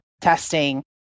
testing